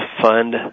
fund